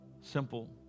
simple